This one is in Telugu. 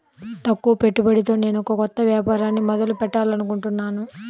తక్కువ పెట్టుబడితో నేనొక కొత్త వ్యాపారాన్ని మొదలు పెట్టాలనుకుంటున్నాను